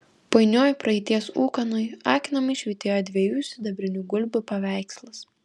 painioj praeities ūkanoj akinamai švytėjo dviejų sidabrinių gulbių paveikslas